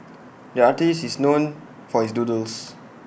the artist is known for his doodles